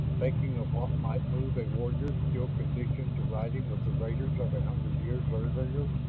thinking of what might move a warrior still conditioned to riding with the raiders of a hundred years earlier,